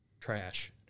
trash